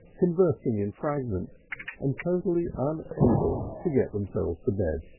conversing in fragments and totally unable to get themselves to bed.